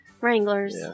Wranglers